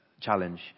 challenge